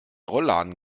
rollladen